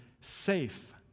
safe